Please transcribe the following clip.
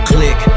Click